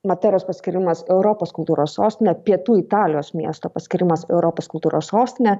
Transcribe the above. materos paskyrimas europos kultūros sostine pietų italijos miesto paskyrimas europos kultūros sostine